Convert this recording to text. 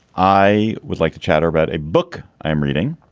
i would like to chatter about a book i am reading